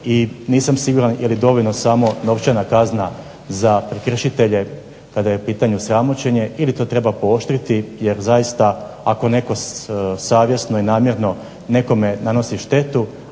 nisam siguran jeli dovoljno samo novčana kazna za izvršitelje kada je u pitanju sramoćenje ili to treba pooštriti jer zaista ako netko savjesno i namjerno nekome nanosi štetu,